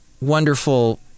wonderful